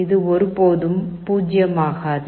இது ஒருபோதும் 0 ஆகாது